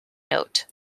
note